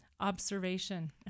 Observation